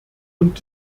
und